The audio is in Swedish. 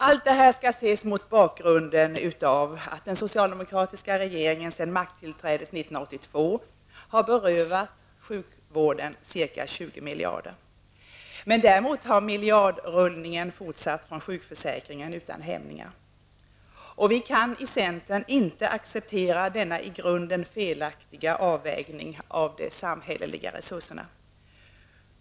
Allt detta skall ses mot bakgrunden av att den socialdemokratiska regeringen sedan makttillträdet 1982 har berövat sjukvården ca 20 miljarder kronor. Däremot har miljardrullningen från sjukförsäkringen fortsatt utan hämningar. Vi kan i centern inte acceptera denna i grunden felaktiga avvägning av de samhälleliga resurserna.